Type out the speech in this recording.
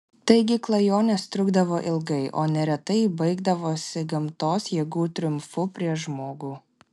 taigi klajonės trukdavo ilgai o neretai baigdavosi gamtos jėgų triumfu prieš žmogų